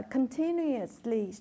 Continuously